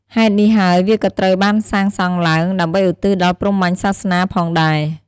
ហេតុនេះហើយវាក៏ត្រូវបានសាងសង់ឡើង ដើម្បីឧទ្ទិសដល់ព្រហ្មញ្ញសាសនា ផងដែរ។